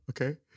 okay